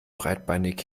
breitbeinig